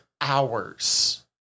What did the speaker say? hours